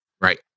right